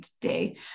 today